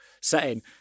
setting